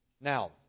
Now